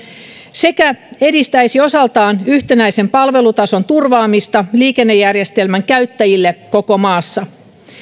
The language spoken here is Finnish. sekä edistäisi osaltaan yhtenäisen palvelutason turvaamista liikennejärjestelmän käyttäjille koko maassa